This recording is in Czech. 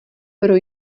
pro